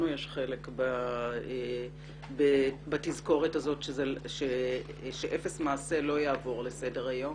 לנו יש חלק בתזכורת הזאת שאפס מעשה לא יעבור לסדר היום